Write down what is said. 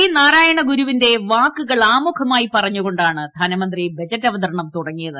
ശ്രീനാരായണ ഗുരുവിന്റെ വാക്കുകൾ ആമുഖമായി പറഞ്ഞുകൊണ്ടാണ് ധനമന്ത്രി ബജറ്റ് അവതരണം തുടങ്ങിയത്